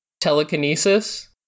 telekinesis